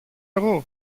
εγώ